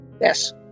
Yes